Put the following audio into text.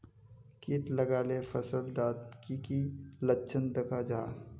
किट लगाले फसल डात की की लक्षण दखा जहा?